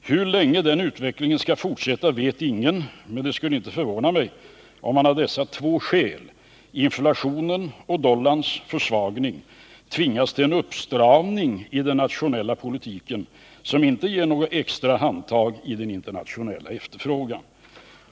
Hur länge den utvecklingen skall fortsätta vet ingen, men det skulle inte förvåna mig om man av dessa två skäl — inflationen och dollarns försvagning — tvingas till en uppstramning i den nationella politiken som inte ger något extra handtag i den internationella efterfrågan.